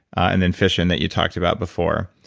and then fission that you talked about before.